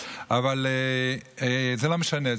אבל זה לא משנה.